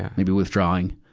maybe withdrawing.